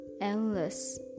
endless